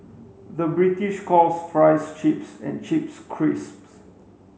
the British calls fries chips and chips crisps